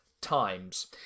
times